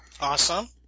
Awesome